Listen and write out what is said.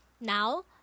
Now